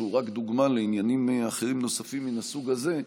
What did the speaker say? שהוא רק דוגמה לעניינים אחרים מהסוג הזה,